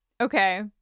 Okay